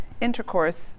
intercourse